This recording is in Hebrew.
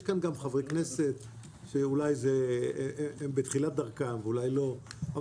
יש כאן גם חברי כנסת בתחילת דרכם ואולי לא אבל